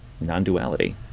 non-duality